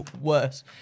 worse